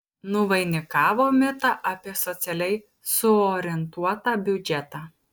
nuvainikavo mitą apie socialiai suorientuotą biudžetą